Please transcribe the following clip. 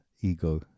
ego